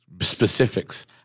Specifics